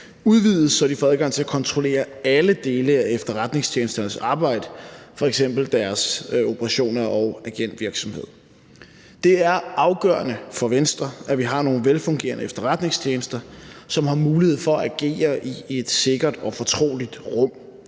udvides, så de får adgang til at kontrollere alle dele af efterretningstjenesternes arbejde, f.eks. deres operationer og agentvirksomhed. Det er afgørende for Venstre, at vi har nogle velfungerende efterretningstjenester, som har mulighed for at agere i et sikkert og fortroligt rum.